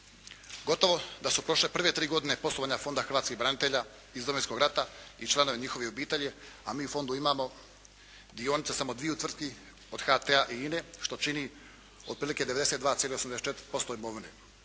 Gotovo da su prošle prve tri godine poslovanja Fonda hrvatskih branitelja iz Domovinskog rata i članova njihovih obitelji, a mi u fondu imamo dionice samo dviju tvrtki, od HT-a i INA-e, što čini otprilike 92,84% imovine.